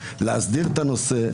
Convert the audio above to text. להסדיר את הנושא.